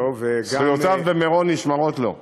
זכויותיו במירון נשמרות לו.